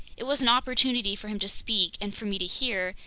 it was an opportunity for him to speak, and for me to hear,